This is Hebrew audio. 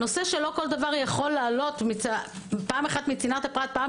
הנושא שלא כל דבר יכול לעלות פעם מצנעת הפרט; פעם